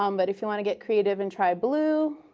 um but if you want to get creative and try blue,